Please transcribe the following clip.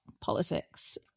politics